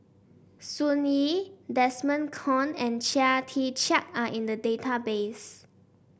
Sun Yee Desmond Kon and Chia Tee Chiak are in the database